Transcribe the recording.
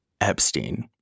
Epstein